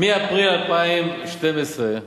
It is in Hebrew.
מאפריל 2012,